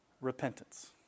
repentance